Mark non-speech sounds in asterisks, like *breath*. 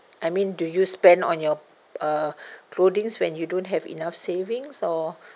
I mean do you spend on your uh *breath* clothings when you don't have enough savings or